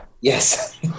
Yes